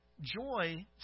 Joy